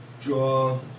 Draw